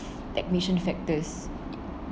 admission factors